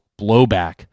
blowback